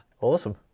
Awesome